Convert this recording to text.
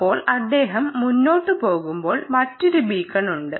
ഇപ്പോൾ അദ്ദേഹം മുന്നോട്ട് പോകുമ്പോൾ മറ്റൊരു ബീക്കൺ ഉണ്ട്